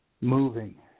moving